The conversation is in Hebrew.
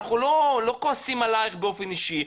אנחנו לא כועסים עלייך באופן אישי,